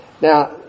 Now